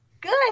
Good